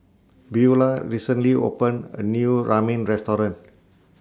Buelah recently opened A New Ramen Restaurant